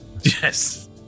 Yes